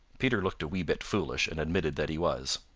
peter looked a wee bit foolish and admitted that he was.